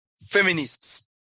feminists